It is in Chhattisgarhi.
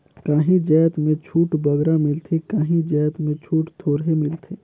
काहीं जाएत में छूट बगरा मिलथे काहीं जाएत में छूट थोरहें मिलथे